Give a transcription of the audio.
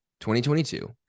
2022